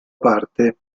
parte